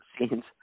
scenes –